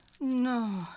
No